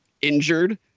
injured